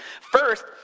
First